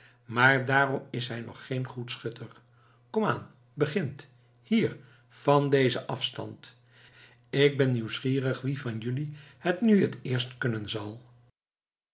maar daarom is hij nog geen goed schutter kom aan begint hier van dezen afstand ik ben nieuwsgierig wie van jelui het nu het eerst kunnen zal